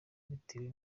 bitewe